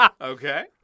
Okay